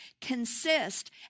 consist